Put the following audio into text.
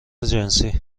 جنسی